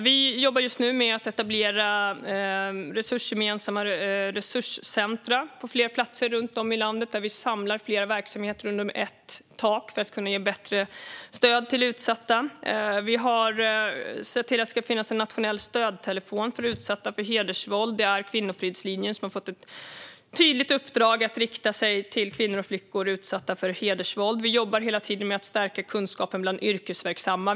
Vi jobbar just nu med att etablera gemensamma resurscentrum på flera platser runt om i landet där flera verksamheter samlas under ett tak för att man ska kunna ge bättre stöd till utsatta. Vi har sett till att det ska finnas en nationell stödtelefon för utsatta för hedersvåld. Det är kvinnofridslinjen som har fått ett tydligt uppdrag att rikta sig till kvinnor och flickor som är utsatta för hedersvåld. Vi jobbar hela tiden med att stärka kunskapen bland yrkesverksamma.